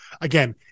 Again